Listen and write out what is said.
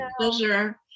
pleasure